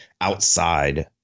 outside